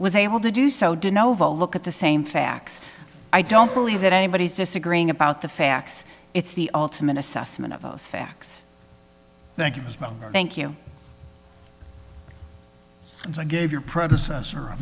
was able to do so did novell look at the same facts i don't believe that anybody's disagreeing about the facts it's the ultimate assessment of those facts thank you thank you gave your predecessor a